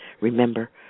Remember